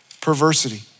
perversity